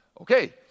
Okay